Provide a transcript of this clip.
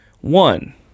One